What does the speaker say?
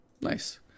Nice